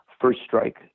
first-strike